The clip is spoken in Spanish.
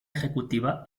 ejecutiva